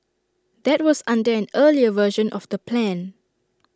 that was under an earlier version of the plan